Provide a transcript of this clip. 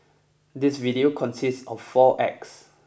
this video consists of four acts